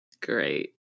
Great